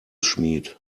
schmied